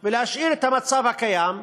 ולהשאיר את המצב הקיים.